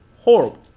horrible